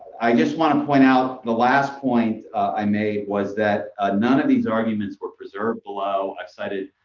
i just want to point out the last point i made was that none of these arguments were preserved below. i cited